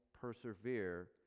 persevere